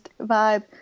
vibe